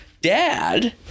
dad